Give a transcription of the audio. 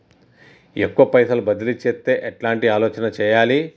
ఎక్కువ పైసలు బదిలీ చేత్తే ఎట్లాంటి ఆలోచన సేయాలి?